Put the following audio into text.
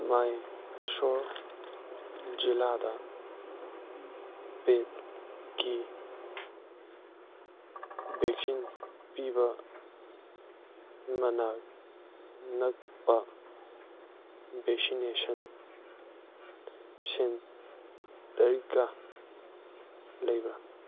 ꯃꯥꯏꯁꯣꯔ ꯖꯤꯂꯥꯗ ꯄꯦꯠꯀꯤ ꯚꯦꯛꯁꯤꯟ ꯄꯤꯕ ꯃꯅꯥꯛ ꯅꯛꯄ ꯚꯦꯛꯁꯤꯅꯦꯁꯟ ꯁꯦꯟꯇꯔꯒ ꯂꯩꯕ꯭ꯔ